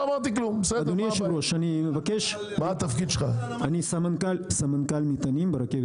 אני סמנכ"ל מטענים ברכת